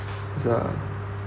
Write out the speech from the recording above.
is a